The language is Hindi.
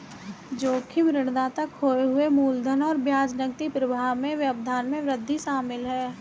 जोखिम ऋणदाता खोए हुए मूलधन और ब्याज नकदी प्रवाह में व्यवधान में वृद्धि शामिल है